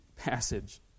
passage